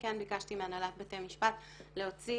ביקשתי מהנהלת בתי המשפט להוציא